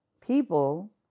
People